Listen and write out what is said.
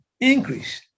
Increase